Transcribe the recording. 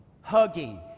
hugging